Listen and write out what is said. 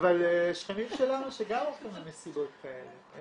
שכנים שלנו שגם הולכים למסיבות כאלה.